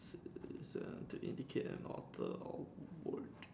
to indicate an author of what